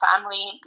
family